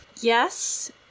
Yes